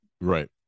Right